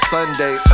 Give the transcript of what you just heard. Sunday